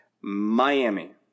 Miami